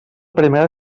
primera